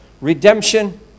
redemption